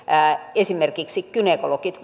esimerkiksi gynekologit